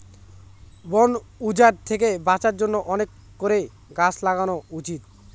বন উজাড় থেকে বাঁচার জন্য অনেক করে গাছ লাগানো উচিত